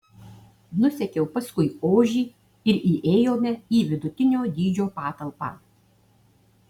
nusekiau paskui ožį ir įėjome į vidutinio dydžio patalpą